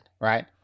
right